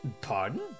Pardon